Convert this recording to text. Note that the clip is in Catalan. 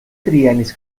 triennis